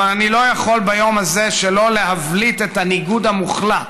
אבל אני לא יכול ביום הזה שלא להבליט את הניגוד המוחלט